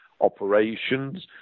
operations